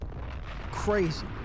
Crazy